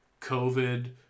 COVID